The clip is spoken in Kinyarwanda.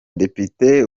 depite